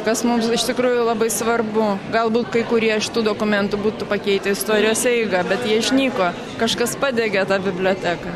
kas mums iš tikrųjų labai svarbu galbūt kai kurie iš tų dokumentų būtų pakeitę istorijos eigą bet jie išnyko kažkas padegė tą biblioteką